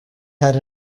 had